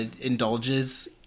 indulges